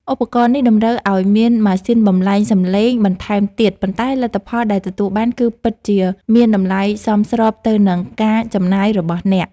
ឧបករណ៍នេះតម្រូវឱ្យមានម៉ាស៊ីនបំប្លែងសំឡេងបន្ថែមទៀតប៉ុន្តែលទ្ធផលដែលទទួលបានគឺពិតជាមានតម្លៃសមស្របទៅនឹងការចំណាយរបស់អ្នក។